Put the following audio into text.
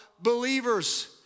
believers